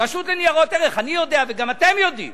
רשות לניירות ערך, אני יודע וגם אתם יודעים